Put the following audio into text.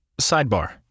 Sidebar